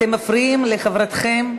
אתם מפריעים לחברתכם.